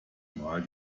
mal